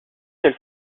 elle